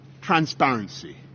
transparency